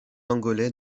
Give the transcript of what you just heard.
angolais